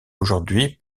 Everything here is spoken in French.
aujourd’hui